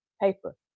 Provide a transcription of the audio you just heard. paper